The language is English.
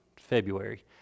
February